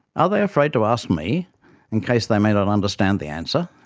ah they afraid to ask me in case they may not understand the answer?